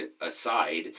aside